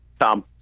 Tom